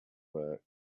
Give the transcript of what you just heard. work